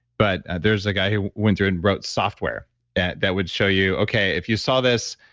but there's a guy who went through and wrote software that that would show you, okay, if you saw this,